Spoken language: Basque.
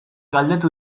galdetu